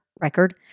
record